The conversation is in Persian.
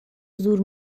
زور